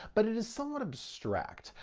but is somewhat abstract.